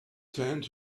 turned